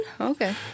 Okay